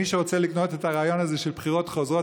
מי שרוצה לקנות את הרעיון הזה של בחירות חוזרות,